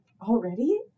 Already